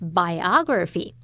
biography